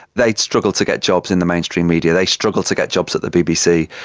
they struggle to get jobs in the mainstream media, they struggle to get jobs at the bbc.